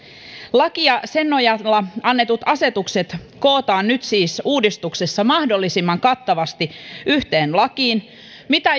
laki ja sen nojalla annetut asetukset kootaan nyt siis uudistuksessa mahdollisimman kattavasti yhteen lakiin mitä